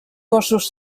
gossos